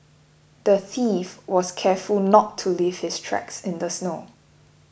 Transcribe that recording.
the thief was careful not to leave his tracks in the snow